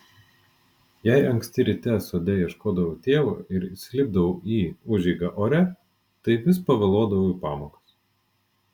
jei anksti ryte sode ieškodavau tėvo ir įsilipdavau į užeigą ore tai vis pavėluodavau į pamokas